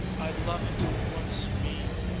i love it, wants me,